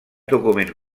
document